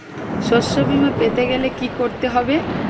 শষ্যবীমা পেতে গেলে কি করতে হবে?